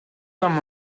terme